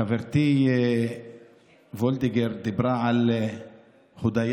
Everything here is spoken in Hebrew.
חברתי וולדיגר דיברה על הודיה.